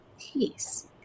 peace